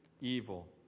evil